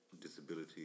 disability